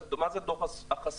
מה זה דוח חסוי?